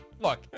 look